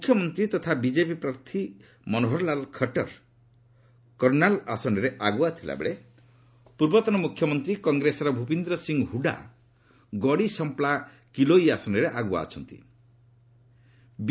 ମୁଖ୍ୟମନ୍ତ୍ରୀ ତଥା ବିକେପି ପ୍ରାର୍ଥୀ ମନୋହରଲାଲ ଖଟର କର୍ଷ୍ଣାଲ ଆସନରେ ଆଗୁଆ ଥିଲାବେଳେ ପୂର୍ବତନ ମୁଖ୍ୟମନ୍ତ୍ରୀ କଂଗ୍ରେସର ଭୂପିନ୍ଦର ସିଂହ ହୁଡ଼ା ଗଡ଼ି ସମ୍ପ୍ଲା କିଲୋଇ ଆସନରେ ଆଗୁଆ ଅଛନ୍ତି